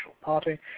party